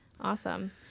Awesome